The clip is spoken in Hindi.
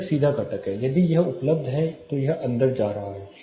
यह एक सीधा घटक है यदि यह उपलब्ध है तो यह अंदर आ रहा है